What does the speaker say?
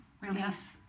release